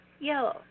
Yellow